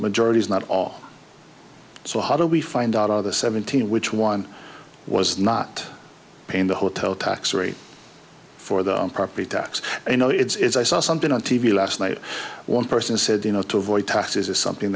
majority is not all so how do we find out of the seventeen which one was not paying the hotel tax rate for the property tax you know it's i saw something on t v last night one person said you know to avoid taxes or something